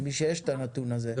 למי שיש את הנתון הזה.